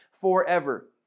forever